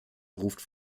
ruft